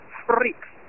freaks